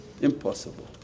Impossible